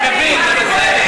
אני מבין, זה בסדר.